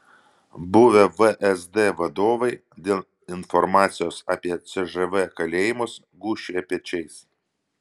buvę vsd vadovai dėl informacijos apie cžv kalėjimus gūžčioja pečiais